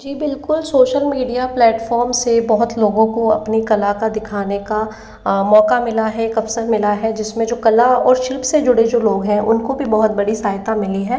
जी बिल्कुल social media platform से बहुत लोगों को अपनी कला का दिखाने का मौका मिला है एक अवसर मिला है जिसमें जो कला और शिल्प से जुड़े जो लोग हैं उनको भी बहुत बड़ी सहायता मिली है